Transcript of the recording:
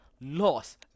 loss